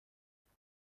بازی